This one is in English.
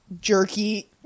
jerky